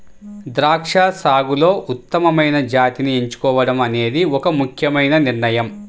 ద్రాక్ష సాగులో ఉత్తమమైన జాతిని ఎంచుకోవడం అనేది ఒక ముఖ్యమైన నిర్ణయం